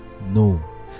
No